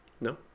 No